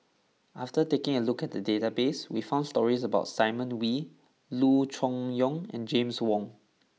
after taking a look at the database we found stories about Simon Wee Loo Choon Yong and James Wong